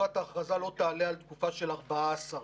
תקופת ההכרזה לא תעלה על תקופה של 14 יום.